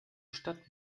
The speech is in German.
stadt